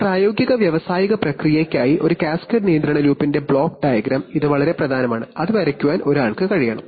ഒരു പ്രായോഗിക വ്യാവസായിക പ്രക്രിയയ്ക്കായി ഒരു കാസ്കേഡ് നിയന്ത്രണ ലൂപ്പിന്റെ ബ്ലോക്ക് ഡയഗ്രം വളരെ പ്രധാനമാണ് അത് വരയ്ക്കാൻ ഒരാൾക്ക് കഴിയണം